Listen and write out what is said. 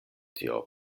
tio